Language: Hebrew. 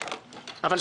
אבל,